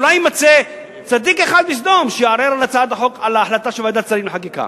אולי יימצא צדיק אחד בסדום שיערער על ההצעה של ועדת השרים לחקיקה.